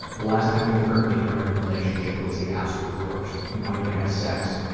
the last time he hurt me during our relationship was the absolute worst. he wanted to have sex,